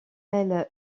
elles